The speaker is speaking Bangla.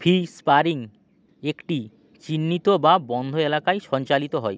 ফ্রি স্পারিং একটি চিহ্নিত বা বন্ধ এলাকায় সঞ্চালিত হয়